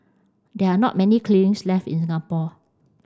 there are not many kilns left in Singapore